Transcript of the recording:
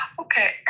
Okay